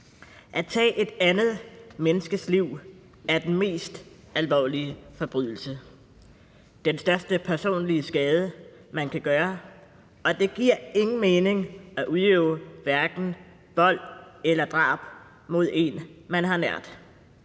At tage et andet menneskes liv er den mest alvorlige forbrydelse og den største personlige skade, man kan gøre, og det giver ingen mening at udøve vold eller drab mod en, der står en nær.